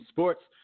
Sports